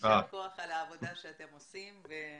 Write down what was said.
יישר כוח על העבודה שאתם עושים.